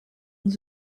owns